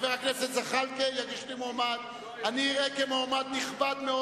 חבר הכנסת זחאלקה יגיש לי מועמד.